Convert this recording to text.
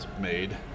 made